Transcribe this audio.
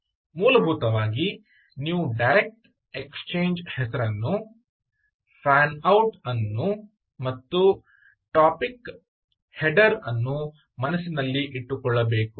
ಆದ್ದರಿಂದ ಮೂಲಭೂತವಾಗಿ ನೀವು ಡೈರೆಕ್ಟ್ ಎಕ್ಸ್ಚೇಂಜ್ ನ ಹೆಸರನ್ನು ಫ್ಯಾನ್ ಔಟ್ ಅನ್ನು ಮತ್ತು ಟಾಪಿಕ್ ಹೆಡ್ಡರ್ ಅನ್ನು ಮನಸ್ಸಿನಲ್ಲಿಟ್ಟುಕೊಳ್ಳಬೇಕು